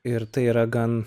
ir tai yra gan